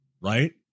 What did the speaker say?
Right